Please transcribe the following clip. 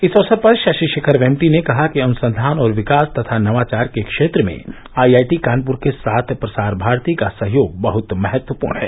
इस अवसर पर शशि शेखर वेम्पटी ने कहा कि अनुसंधान और विकास तथा नवाचार के क्षेत्र में आई आई टी कानप्र के साथ प्रसार भारती का सहयोग बहत महत्वपूर्ण है